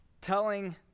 telling